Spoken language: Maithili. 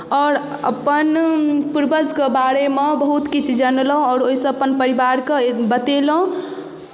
आओर अपन पूर्वजके बारेमे बहुत किछु जनलहुँ आओर ओहिसँ अपन परिवारके बतेलहुँ